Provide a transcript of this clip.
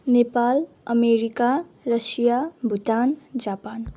Nepal America Russia Bhutan Japan